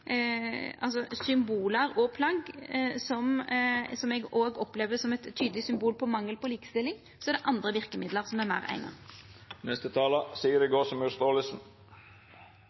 og plagg, som eg òg opplever som eit tydeleg symbol på mangel på likestilling, er det andre verkemiddel som er meir eigna.